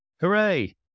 Hooray